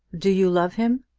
do you love him?